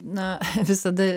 na visada